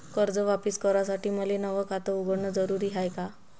कर्ज वापिस करासाठी मले नव खात उघडन जरुरी हाय का?